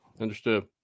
Understood